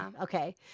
Okay